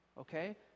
Okay